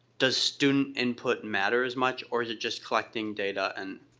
does student input matter as much? or is it just collecting data and?